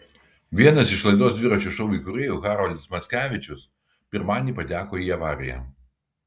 vienas iš laidos dviračio šou įkūrėjų haroldas mackevičius pirmadienį pateko į avariją